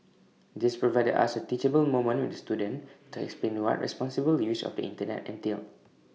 this provided us A teachable moment with the student to explain what responsible use of the Internet entailed